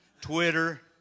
Twitter